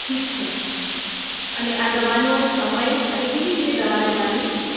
ઠીક છે અને આ દવાનો સમય અને કેવી રીતે દવા લેવાની